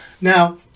Now